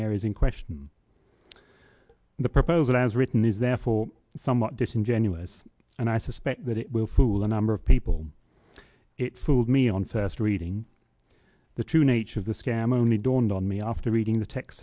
areas in question the proposal as written is therefore somewhat disingenuous and i suspect that it will fool a number of people it fooled me on first reading the true nature of the scam only dawned on me after reading the text